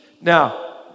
Now